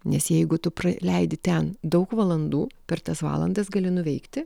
nes jeigu tu praleidi ten daug valandų per tas valandas gali nuveikti